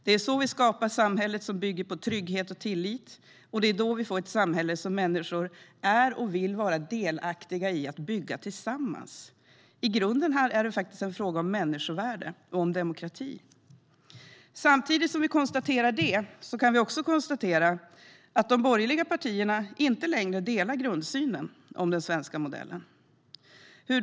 Det är så vi skapar ett samhälle som bygger på trygghet och tillit, och det är då vi får ett samhälle som människor vill vara delaktiga i att bygga tillsammans. I grunden är det faktiskt en fråga om människovärde och demokrati. Samtidigt som vi konstaterar det kan vi också konstatera att de borgerliga partierna inte längre delar grundsynen om den svenska modellen.